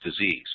disease